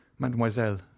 Mademoiselle